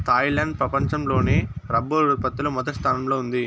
Thailand ప్రపంచం లోనే rubber ఉత్పత్తి లో మొదటి స్థానంలో ఉంది